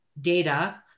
data